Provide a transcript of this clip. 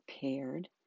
paired